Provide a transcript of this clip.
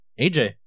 AJ